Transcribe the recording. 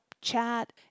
chat